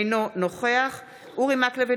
אינו נוכח אורי מקלב,